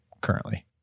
currently